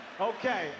Okay